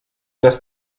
dass